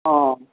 हँ